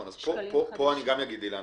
אילן,